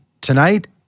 tonight